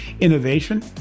innovation